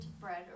bread